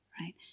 right